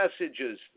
messages